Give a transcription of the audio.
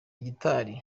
gitari